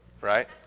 right